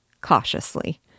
cautiously